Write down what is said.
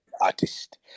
artist